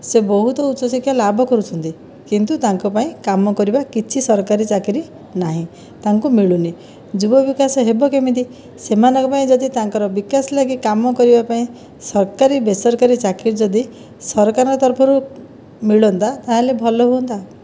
ସେ ବହୁତ ଉଚ୍ଚ ଶିକ୍ଷା ଲାଭ କରୁଛନ୍ତି କିନ୍ତୁ ତାଙ୍କ ପାଇଁ କାମ କରିବା କିଛି ସରକାରୀ ଚାକିରି ନାହିଁ ତାଙ୍କୁ ମିଳୁନି ଯୁବ ବିକାଶ ହେବ କେମିତି ସେମାନଙ୍କ ପାଇଁ ଯଦି ତାଙ୍କର ବିକାଶ ଲାଗି କାମ କରିବା ପାଇଁ ସରକାରୀ ବେସରକାରୀ ଚାକିରି ଯଦି ସରକାରଙ୍କ ତରଫରୁ ମିଳନ୍ତା ତା'ହେଲେ ଭଲ ହୁଅନ୍ତା